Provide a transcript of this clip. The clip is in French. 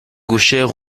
gauchère